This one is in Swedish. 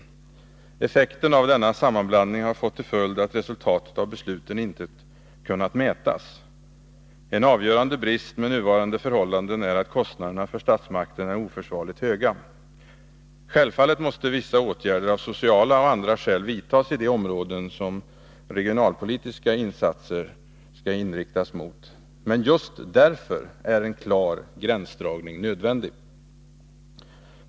Effekten av denna sammanblandning har fått till följd att resultatet av besluten inte kunnat mätas. En avgörande brist med nuvarande förhållanden är att kostnaderna för statsmakten är oförsvarligt höga. Självfallet måste vissa åtgärder av sociala och andra skäl vidtas i de områden som regionalpolitiska insatser skall inriktas mot. Men just därför är en klar gränsdragning nödvändig.